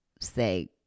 say